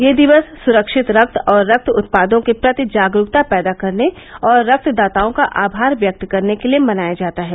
यह दिवस सुरक्षित रक्त और रक्त उत्पादों के प्रति जागरूकता पैदा करने और रक्तदाताओं का आमार व्यक्त करने के लिए मनाया जाता है